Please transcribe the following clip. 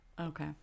Okay